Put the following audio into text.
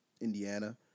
Indiana